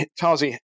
Tazi